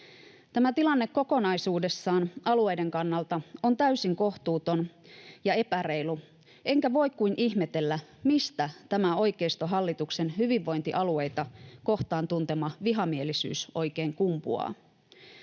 Tämä tilanne kokonaisuudessaan on alueiden kannalta täysin kohtuuton ja epäreilu, enkä voi kuin ihmetellä, mistä tämä oikeistohallituksen hyvinvointialueita kohtaan tuntema vihamielisyys oikein kumpuaa.